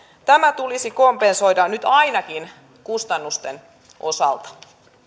tämä tulisi kompensoida nyt ainakin kustannusten osalta